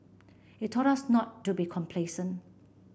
it taught us not to be complacent